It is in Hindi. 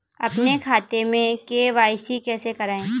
अपने खाते में के.वाई.सी कैसे कराएँ?